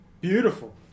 Beautiful